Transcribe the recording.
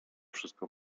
wszystko